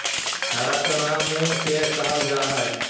हरा चना मूंग के कहल जा हई